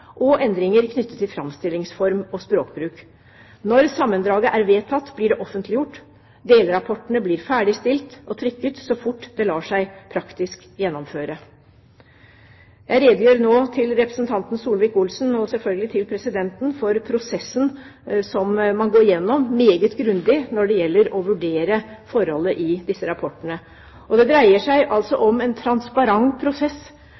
og endringer knyttet til framstillingsform og språkbruk. Når sammendraget er vedtatt, blir det offentliggjort. Delrapportene blir ferdigstilt og trykket så fort det lar seg praktisk gjennomføre. Jeg redegjør nå – til representanten Solvik-Olsen og selvfølgelig til presidenten – for prosessen som man går igjennom meget grundig når det gjelder å vurdere forholdet i disse rapportene. Det dreier seg altså om en transparent prosess